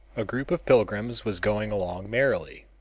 a group of pilgrims was going along merrily.